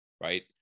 Right